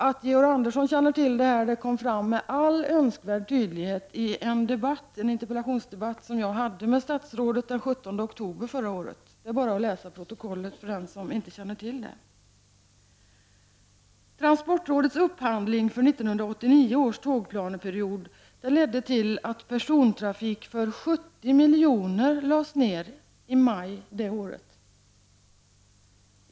Att Georg Andersson känner till det, kom fram med all önskvärd tydlighet i en frågedebatt som jag hade med honom den 17 oktober förra året. Det är bara att läsa protokollet för den som inte känner till det. Transportrådets upphandling för 1989 års tågplaneperiod ledde till att persontrafik för 70 miljoner lades ner i maj det året.